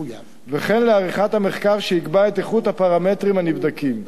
וכן לעריכת המחקר שיקבע את איכות הפרמטרים הנבדקים,